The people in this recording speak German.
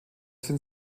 sind